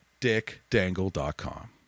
dickdangle.com